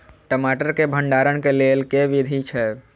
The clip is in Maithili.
टमाटर केँ भण्डारण केँ लेल केँ विधि छैय?